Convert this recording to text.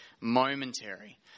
momentary